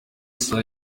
saa